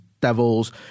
devils